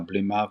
הבלימה והפנייה.